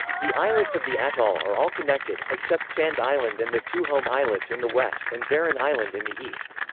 the islets of the atoll are all connected, except sand island and the two home islets in the west and barren island in the east.